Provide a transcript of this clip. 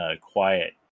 quiet